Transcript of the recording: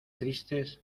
tristes